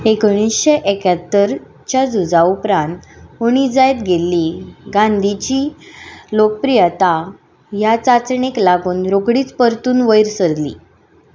एकोणिशे एक्यात्तरच्या झुजा उपरांत उणी जायत गेल्ली गांधीची लोकप्रियता ह्या चांचणेक लागून रोखडीच परतून वयर सरली